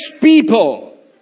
people